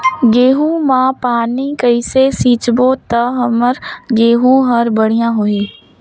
गहूं म पानी कइसे सिंचबो ता हमर गहूं हर बढ़िया होही?